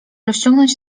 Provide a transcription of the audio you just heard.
rozciągnąć